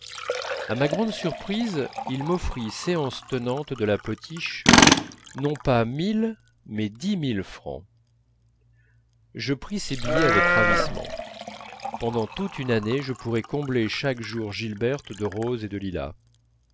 à ma grande surprise il m'offrit séance tenante de la potiche non pas mille mais dix mille francs je pris ces billets avec ravissement pendant toute une année je pourrais combler chaque jour gilberte de roses et de lilas